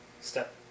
step